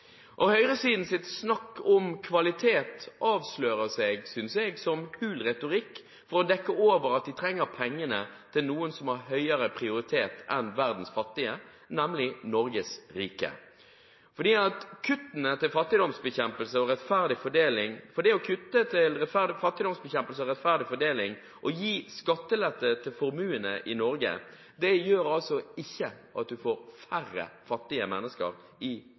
av at vi ser resultater. Høyresidens snakk om kvalitet avslører seg, synes jeg, som hul retorikk for å dekke over at de trenger pengene til noen som har høyere prioritet enn verdens fattige, nemlig Norges rike. Det å kutte midler til fattigdomsbekjempelse og rettferdig fordeling og gi skattelette til formuende i Norge, gjør altså ikke at du får færre fattige mennesker i